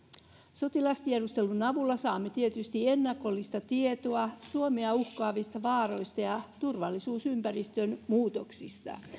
sotilastiedustelun avulla saamme tietysti ennakollista tietoa suomea uhkaavista vaaroista ja turvallisuusympäristön muutoksista